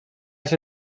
się